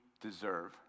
deserve